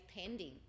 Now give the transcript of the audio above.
pending